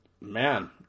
man